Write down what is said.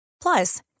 Plus